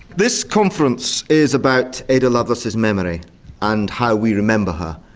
this conference is about ada lovelace's memory and how we remember her,